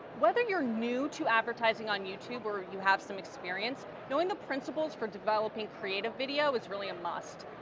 whether you're new to advertising on youtube or you have some experience, knowing the principles for developing creative video is really a must.